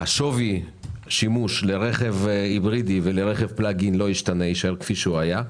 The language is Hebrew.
שווי השימוש לרכב היברידי ולרכב עם פלאג אין לא ישתנה יישאר כפי שהיה,